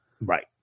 right